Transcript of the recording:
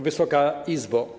Wysoka Izbo!